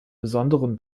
besonderen